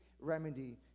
remedy